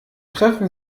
treffen